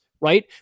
right